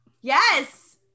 yes